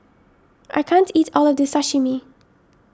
I can't eat all of this Sashimi